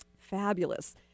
fabulous